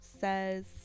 says